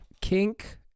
kink